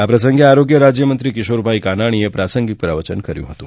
આ પ્રસંગે આરોગ્ય રાજ્યમંત્રી કિશોરભાઈ કાનાણીએ પ્રાસંગિક પ્રવચન કર્યું હતું